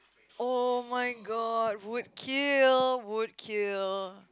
[oh]-my-god would kill would kill